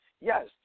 yes